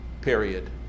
period